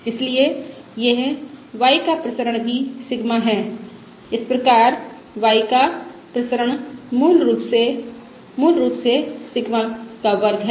इसलिए यह y का प्रसरण भी सिग्मा है इस प्रकार y का प्रसरण मूल रूप से मूल रूप से सिग्मा का वर्ग है